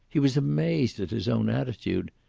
he was amazed at his own attitude.